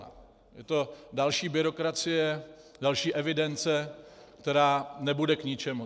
Je to další byrokracie, další evidence, která nebude k ničemu.